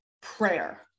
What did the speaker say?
prayer